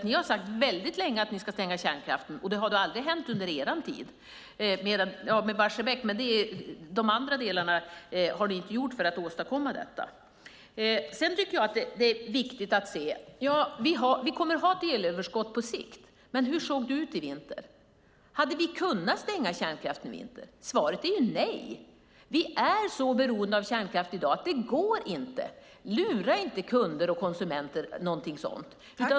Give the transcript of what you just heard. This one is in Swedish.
Ni har ju sagt väldigt länge att ni ska stänga kärnkraften, men det har då aldrig hänt under er tid med undantag av Barsebäck. Vi kommer att ha ett elöverskott på sikt. Men hur såg det ut i vintras? Hade vi kunnat stänga kärnkraften i vintras? Svaret är nej. Vi är så beroende av kärnkraft i dag att det inte går. Lura inte kunder och konsumenter något sådant!